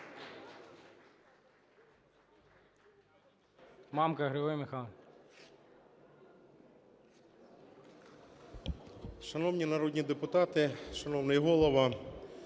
Шановні народні депутати, шановний Голово,